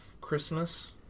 Christmas